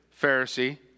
Pharisee